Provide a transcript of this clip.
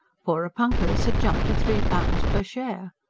porepunkahs had jumped to three pounds per share!